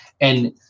And-